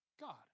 god